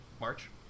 March